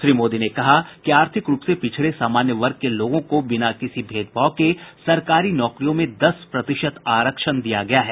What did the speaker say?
श्री मोदी ने कहा कि आर्थिक रुप से पिछडे सामान्य वर्ग के लोगों को बिना किसी भेदभाव के सरकारी नौकरियों में दस प्रतिशत आरक्षण दिया गया है